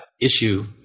issue